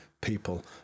people